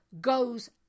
goes